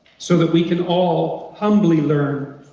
so that we can all humbly learn,